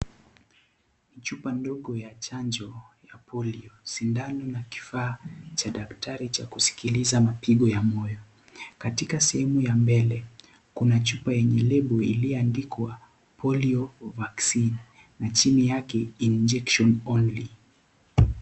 Chupa ndogo ya chanjo ya polio, sindano na kifaa cha daktari cha kuskiliza mapigo ya moyo, katika sehemu ya mbele kuna chupa yenye label iliyoandikwa Polio Vaccine na chini yake ni injection only .